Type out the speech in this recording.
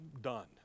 done